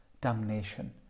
damnation